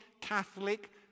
Catholic